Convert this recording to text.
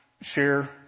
share